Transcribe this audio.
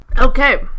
Okay